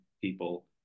people